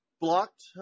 blocked